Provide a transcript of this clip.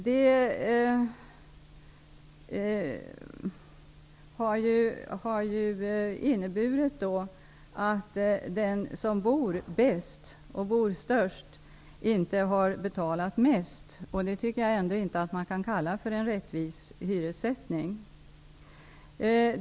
Det har inneburit att den som bor bäst och störst inte har betalat mest. Det tycker jag inte att man kan kalla för en rättvis hyressättning.